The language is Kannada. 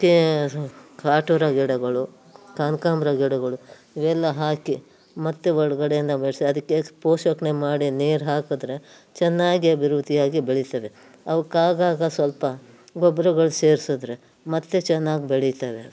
ಕೆ ಕಾಟೂರ ಗಿಡಗಳು ಕನಕಾಂಬ್ರ ಗಿಡಗಳು ಇವೆಲ್ಲ ಹಾಕಿ ಮತ್ತು ಒಳಗಡೆಯಿಂದ ಬೆಳೆಸಿ ಅದಕ್ಕೆ ಪೋಷಣೆ ಮಾಡಿ ನೀರು ಹಾಕಿದ್ರೆ ಚೆನ್ನಾಗಿ ಅಭಿವೃದ್ಧಿಯಾಗಿ ಬೆಳಿತದೆ ಅವುಕ್ಕಾಗಾಗ ಸ್ವಲ್ಪ ಗೊಬ್ಬರಗಳು ಸೇರ್ಸಿದ್ರೆ ಮತ್ತು ಚೆನ್ನಾಗಿ ಬೆಳಿತವೆ ಅದು